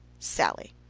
sallie.